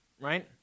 right